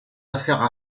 affaires